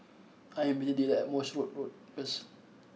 I am meeting Dillan at Morse Road Road first